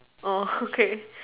orh okay